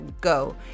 go